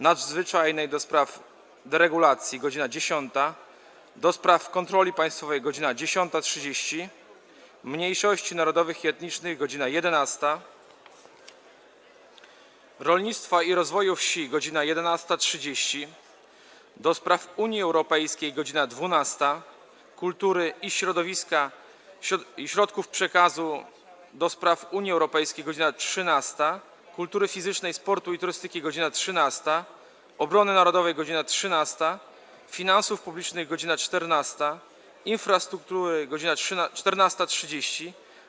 Nadzwyczajnej do spraw deregulacji - godz. 10, - do Spraw Kontroli Państwowej - godz. 10.30, - Mniejszości Narodowych i Etnicznych - godz. 11, - Rolnictwa i Rozwoju Wsi - godz. 11.30, - do Spraw Unii Europejskiej - godz. 12, - Kultury i Środków Przekazu - godz. 12, - do Spraw Unii Europejskiej - godz. 13, - Kultury Fizycznej, Sportu i Turystyki - godz. 13, - Obrony Narodowej - godz. 13, - Finansów Publicznych - godz. 14, - Infrastruktury - godz. 14.30,